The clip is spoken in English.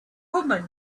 woman